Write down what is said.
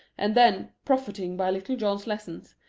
and then, profiting by little john's lessons,